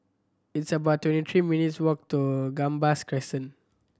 it's about twenty three minutes' walk to Gambas Crescent